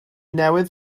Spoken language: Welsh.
newydd